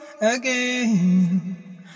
again